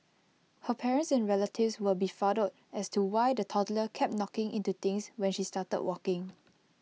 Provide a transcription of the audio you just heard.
her parents and relatives were befuddled as to why the toddler kept knocking into things when she started walking